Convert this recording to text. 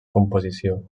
composició